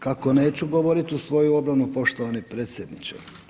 Kako neću govoriti u svoju obranu poštovani predsjedniče?